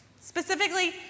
specifically